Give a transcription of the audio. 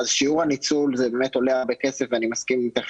אז זה באמת עולה הרבה כסף ואני מסכים ואני תכף